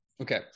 Okay